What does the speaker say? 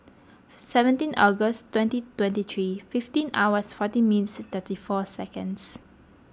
seventeen August twenty twenty three fifteen hours fifteen minutes thirty four seconds